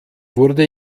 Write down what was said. wurde